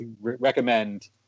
recommend